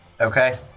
Okay